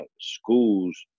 schools –